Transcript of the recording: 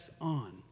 on